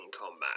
combat